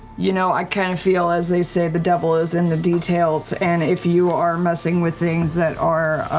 you know, i kind of feel, as they say, the devil is in the details, and if you are messing with things that are